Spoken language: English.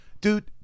dude